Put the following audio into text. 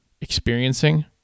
experiencing